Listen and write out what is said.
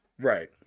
right